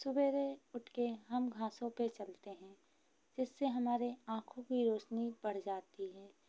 सबेरे उठ कर हम घासों पर चलते हैं जिससे हमारे आँखों की रोशनी बढ़ जाती है